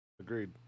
Agreed